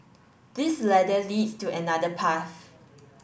this ladder leads to another path